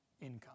income